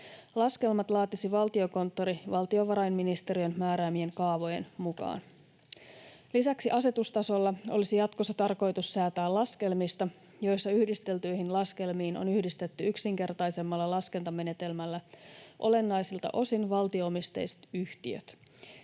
Laskelmat laatisi Valtiokonttori valtiovarainministeriön määräämien kaavojen mukaan. Lisäksi asetustasolla olisi jatkossa tarkoitus säätää laskelmista, joissa yhdisteltyihin laskelmiin on yhdistetty yksinkertaisemmalla laskentamenetelmällä olennaisilta osin valtio-omisteiset yhtiöt.